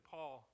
Paul